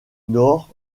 nord